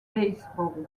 baseball